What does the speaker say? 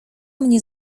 mnie